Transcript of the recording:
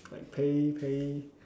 like Pei-Pei